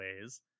ways